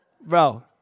Bro